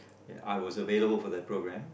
I was available for the program